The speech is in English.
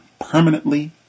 permanently